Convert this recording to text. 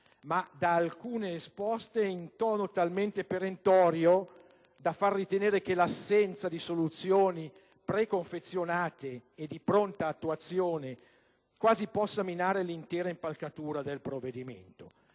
ma da alcuni esposte in tono talmente perentorio da far ritenere che l'assenza di soluzioni preconfezionate e di pronta attuazione quasi possa minare l'intera impalcatura del provvedimento.